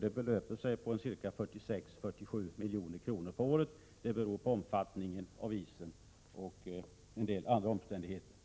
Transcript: Det rör sig om 46 eller 47 miljoner om året, beroende på omfattningen av isen och en del andra omständigheter. Prot.